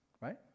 Right